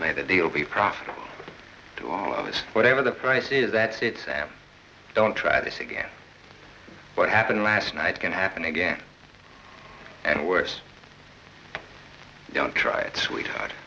made a deal be proffered to all of us whatever the price is that it don't try this again what happened last night can happen again and worse don't try it sweetheart